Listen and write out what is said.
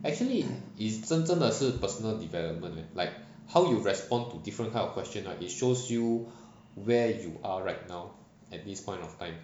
actually is 真正的是 personal development like how you respond to different kind of question right it shows you where you are right now at this point of time